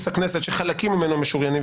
לרבות חוק-יסוד: הכנסת שחלקים ממנו שוריינו,